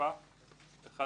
התשפ"א (1